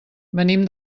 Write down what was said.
venim